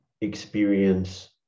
experience